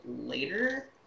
later